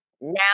Now